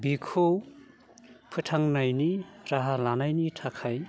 बेखौ फोथांनायनि राहा लानायनि थाखाय